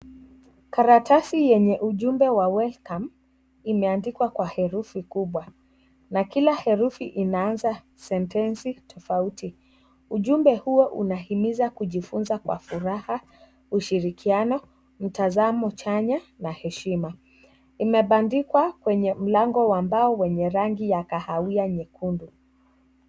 Karatasi yenye ujumbe ya WELCOME imeandikwa Kwa herifi kubwa ,na kila herufi inaanza sentensi tofauti. Ujumbe huo unahimiza kujifunza Kwa furaha ,ushirikiano, mazao chanya na heshima. Imepandikwa kwenye mlango wa mbao wenye rangi ya kahawia nyekundu.